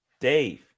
Dave